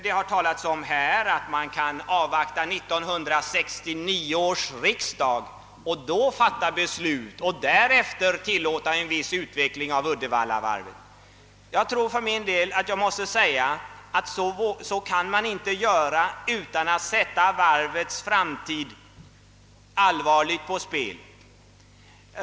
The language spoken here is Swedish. Det har sagts att vi kan avvakta beslut av 1969 års riksdag och därefter iillåta en viss utveckling av Uddevallavarvet. Enligt mitt förmenande är det inte möjligt utan att varvets framtid allvarligt sättes på spel.